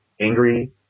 Angry